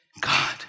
God